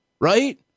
right